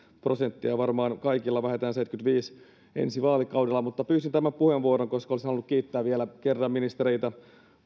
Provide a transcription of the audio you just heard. prosenttia varmaan kaikilla vähintään seitsemänkymmentäviisi ensi vaalikaudella mutta pyysin tämän puheenvuoron koska olisin halunnut kiittää vielä kerran ministereitä